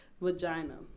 vagina